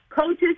coaches